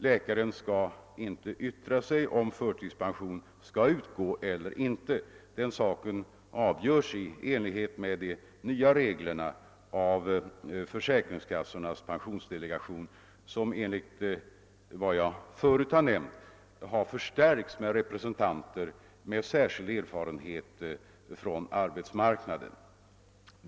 Läkaren skall inte yttra sig om huruvida förtidspension skall utgå eller inte. Den saken avgörs enligt de nya reglerna av försäkringskassornas pensionsdelegation, som enligt vad jag förut nämnt har förstärkts med representanter med särskild erfarenhet från arbetsmarknaden.